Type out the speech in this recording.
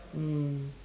mm